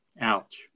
ouch